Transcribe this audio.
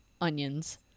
onions